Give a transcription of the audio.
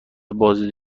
بازدید